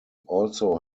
also